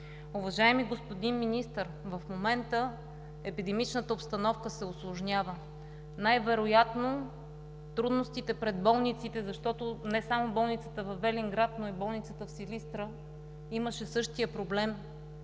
Уважаеми господин Министър, в момента епидемичната обстановка се усложнява. Най-вероятно трудностите пред болниците, защото не само болницата във Велинград, но и болницата в Силистра, имаше същия проблем,